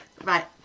Right